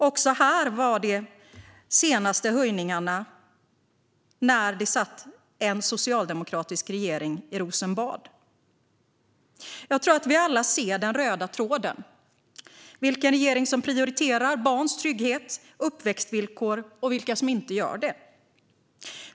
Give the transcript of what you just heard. Också här var de senaste höjningarna när det satt en socialdemokratisk regering i Rosenbad. Jag tror att vi alla ser den röda tråden. Det handlar om vilken regering som prioriterar barns trygghet och uppväxtvillkor och vilka som inte gör det.